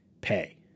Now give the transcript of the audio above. pay